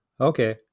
Okay